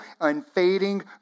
unfading